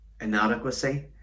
inadequacy